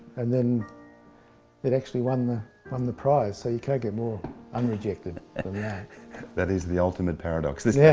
and then it actually won the um the prize. so you can't get more un-rejected than and that. that is the ultimate paradox. there's yeah